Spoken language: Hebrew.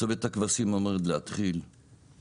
צומת הכבשים עומדת להתחיל;